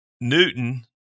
Newton